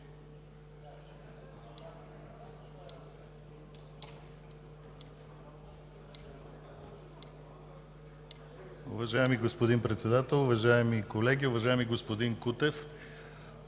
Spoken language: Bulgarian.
Уважаеми господин Председател, уважаеми колеги! Уважаеми господин Кутев,